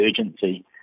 urgency